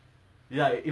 orh